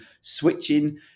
switching